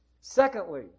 Secondly